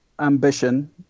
Ambition